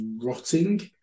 rotting